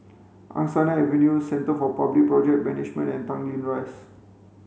Angsana Avenue Centre for Public Project Management and Tanglin Rise